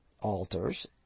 Altars